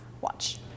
watch